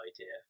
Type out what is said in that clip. idea